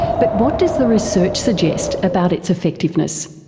but what does the research suggest about its effectiveness?